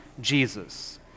Jesus